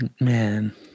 man